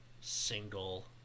single